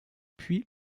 puis